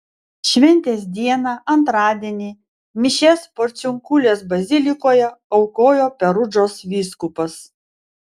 šventės dieną antradienį mišias porciunkulės bazilikoje aukojo perudžos vyskupas